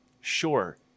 Sure